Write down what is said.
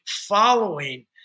following